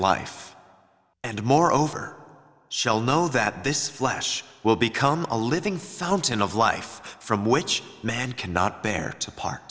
life and moreover shall know that this flash will become a living fountain of life from which man cannot bear to par